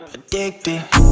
Addicted